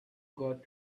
got